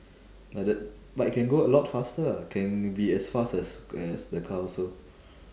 like that but I can go a lot faster ah can be as fast as as the car also